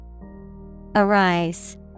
Arise